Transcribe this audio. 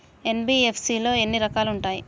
NBFC లో ఎన్ని రకాలు ఉంటాయి?